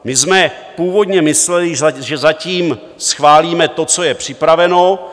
My jsme původně mysleli, že zatím schválíme to, co je připraveno.